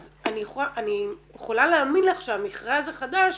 אז אני יכולה להאמין לך שהמכרז החדש